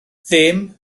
ddim